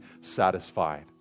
satisfied